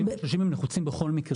מוציאים בכל מקרה.